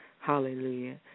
Hallelujah